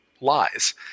lies